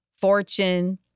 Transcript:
fortune